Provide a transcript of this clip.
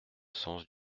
sens